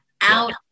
out